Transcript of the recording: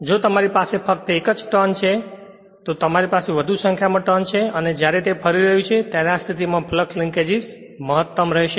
જો તમારી પાસે ફક્ત એક જ ટર્ન છે જો તમારી પાસે વધુ સંખ્યામાં ટર્ન્સ છે અને જ્યારે તે ફરી રહ્યું છે ત્યારે આ સ્થિતિ માં ફ્લક્સ લિન્કેજ મહત્તમ રહેશે